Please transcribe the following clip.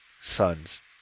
sons